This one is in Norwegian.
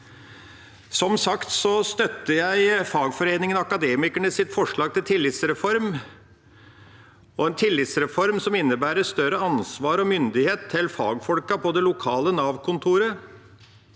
Som sagt støtter jeg fagforeningen Akademikernes forslag til tillitsreform, en tillitsreform som innebærer større ansvar og myndighet til fagfolkene på det lokale Nav-kontoret.